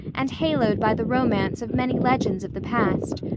and haloed by the romance of many legends of the past.